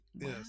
Yes